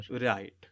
right